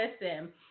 listen